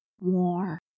more